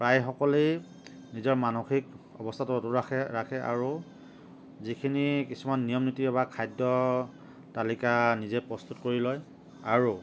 প্ৰায়সকলেই নিজৰ মানসিক অৱস্থাটো অটুট ৰাখে ৰাখে আৰু যিখিনি কিছুমান নীতি নিয়ম বা খাদ্য তালিকা নিজেই প্ৰস্তুত কৰি লয় আৰু